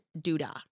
Duda